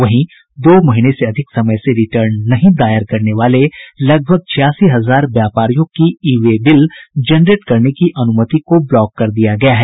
वहीं दो महीने से अधिक समय से रिटर्न नहीं दायर करने वाले लगभग छियासी हजार व्यापारियों की ई वे बिल जनरेट करने की अनुमति को ब्लॉक कर दिया गया है